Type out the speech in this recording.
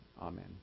Amen